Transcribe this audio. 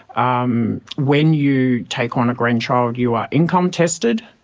um when you take on a grandchild you are income tested.